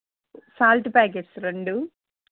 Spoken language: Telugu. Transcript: సాల్ట్ ప్యాకెట్స్ రెండు